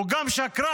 הוא גם שקרן.